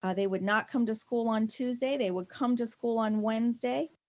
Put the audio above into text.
ah they would not come to school on tuesday, they would come to school on wednesday.